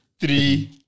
three